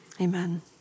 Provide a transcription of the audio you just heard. Amen